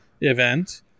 event